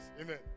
Amen